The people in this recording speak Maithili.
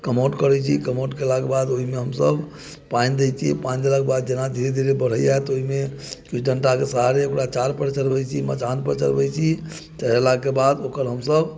कमौट करै छी कमौट केला के बाद ओहिमे हमसब पानि दै छियै पानि देला के बाद जेना धीरे धीरे बढ़ैया तऽ ओहिमे कोइ डंटा के सहारे ओकरा चार पर चढ़बै छी मचान पर चढ़बै छी चढ़ेला के बाद ओकर हमसब